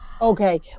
Okay